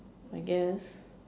I guess